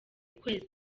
ukwezi